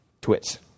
twits